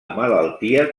malaltia